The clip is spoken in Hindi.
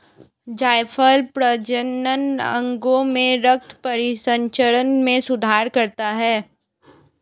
जायफल प्रजनन अंगों में रक्त परिसंचरण में सुधार करता है